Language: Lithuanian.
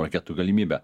raketų galimybę